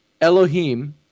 Elohim